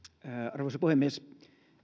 arvoisa puhemies tässä on